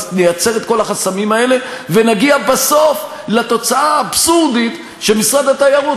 נייצר את כל החסמים האלה ונגיע בסוף לתוצאה האבסורדית שמשרד התיירות,